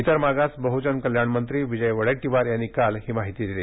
इतर मागास बहुजन कल्याण मंत्री विजय वडेट्टीवार यांनी काल ही माहिती दिली